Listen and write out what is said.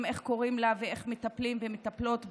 איך קוראים לה ואיך מטפלים ומטפלות בה.